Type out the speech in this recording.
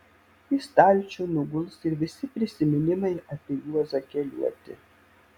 į stalčių nuguls ir visi prisiminimai apie juozą keliuotį